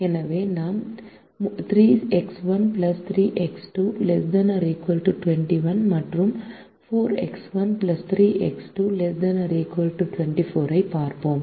எனவே நாம் 3X1 3X2 ≤ 21 மற்றும் 4X1 3X2 ≤ 24 ஐப் பார்க்கிறோம்